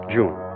June